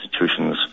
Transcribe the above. institutions